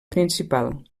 principal